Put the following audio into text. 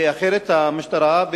אחרת המשטרה,